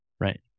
Right